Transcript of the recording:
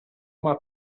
uma